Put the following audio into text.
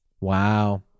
Wow